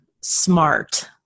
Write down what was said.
smart